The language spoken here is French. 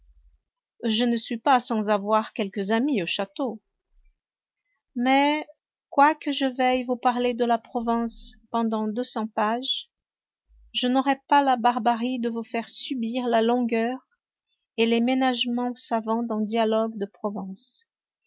je ne suis pas sans avoir quelques amis au château mais quoique je veuille vous parler de la province pendant deux cents pages je n'aurai pas la barbarie de vous faire subir la longueur et les ménagements savants d'un dialogue de province